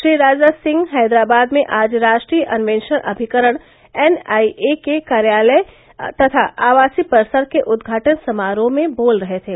श्री राजनाथ सिंह हैदराबाद में आज राष्ट्रीय अन्वेषण अभिकरण एन आई ए के कार्यालय तथा आवासीय परिसर के उद्घाटन समारोह में बोल रहे थे